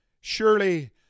Surely